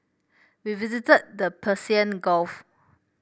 we visited the Persian Gulf